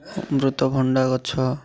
ଅମୃତଭଣ୍ଡା ଗଛ